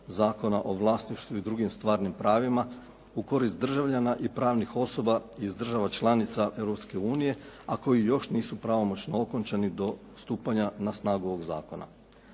Zakona o vlasništvu i drugim stvarnim pravima u korist državljana i pravnih osoba iz država članica Europske unije a koji još nisu pravomoćno okončani do stupanja na snagu ovog zakona.